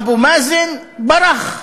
אבו מאזן ברח.